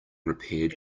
repaired